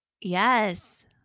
Yes